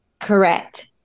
Correct